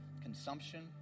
consumption